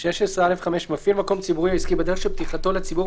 תקנה 16(א)(5) מפעיל מקום ציבורי או עסקי בדרך של פתיחתו לציבור,